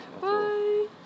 Bye